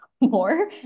more